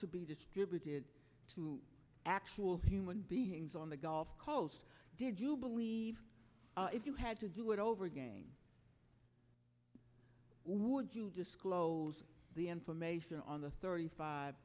to be distributed to actual human beings on the gulf coast did you believe if you had to do it over again would you disclose the information on the thirty five